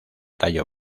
tallo